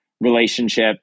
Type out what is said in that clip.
relationship